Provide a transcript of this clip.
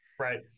Right